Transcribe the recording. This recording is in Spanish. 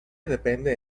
depende